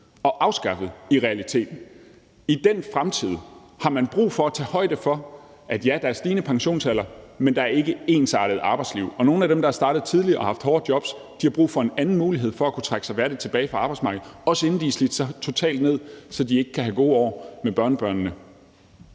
og afskaffet, har man brug for at tage højde for, at der er stigende pensionsalder, men der er ikke ensartede arbejdsliv. Og nogle af dem, der er startet tidligt og har haft hårde jobs, har brug for en anden mulighed for at kunne trække sig værdigt tilbage fra arbejdsmarkedet, også inden de har slidt sig totalt ned, så de ikke kan have gode år med børnebørnene.